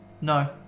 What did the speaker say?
no